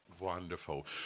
Wonderful